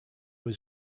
was